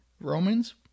Romans